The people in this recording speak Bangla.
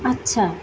আচ্ছা